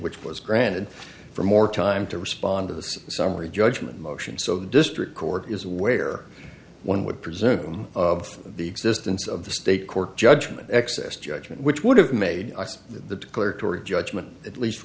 which was granted for more time to respond to the summary judgment motion so the district court is where one would presume of the existence of the state court judgment excess judgment which would have made the tory judgment at least